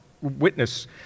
witness